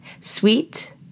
sweet